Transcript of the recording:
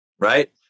Right